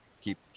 keep